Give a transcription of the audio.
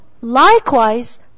likewise